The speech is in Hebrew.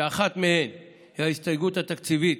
שאחת מהן היא ההסתייגות התקציבית,